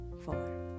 four